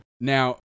now